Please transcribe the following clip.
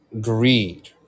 greed